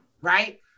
right